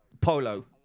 polo